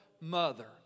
mother